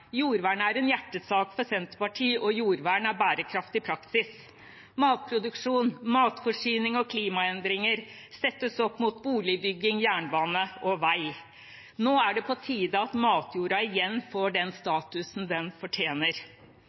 er en hjertesak for Senterpartiet, og jordvern er bærekraft i praksis. Matproduksjon, matforsyning og klimaendringer settes opp mot boligbygging, jernbane og vei. Nå er det på tide at matjorda igjen får den statusen den fortjener.